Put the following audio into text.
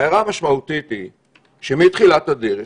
הערה משמעותית היא שמתחילת הדרך,